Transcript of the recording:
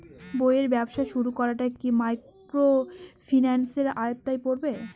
বইয়ের ব্যবসা শুরু করাটা কি মাইক্রোফিন্যান্সের আওতায় পড়বে?